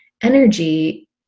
energy